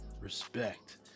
Respect